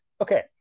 Okay